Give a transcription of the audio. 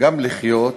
גם לחיות